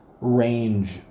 range